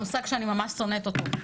מושג שאני שונאת אותו,